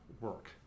work